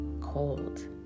cold